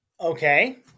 Okay